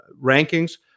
rankings